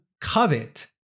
covet